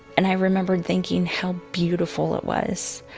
and i remember thinking how beautiful it was.